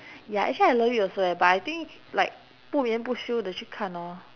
ya actually I love it also eh but I think like 不眠不休地去看 orh